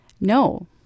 No